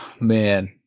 man